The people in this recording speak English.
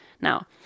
now